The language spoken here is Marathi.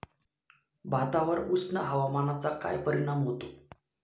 भातावर उष्ण हवामानाचा काय परिणाम होतो?